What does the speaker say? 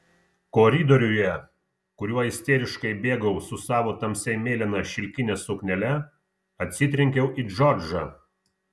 koridoriuje kuriuo isteriškai bėgau su savo tamsiai mėlyna šilkine suknele atsitrenkiau į džordžą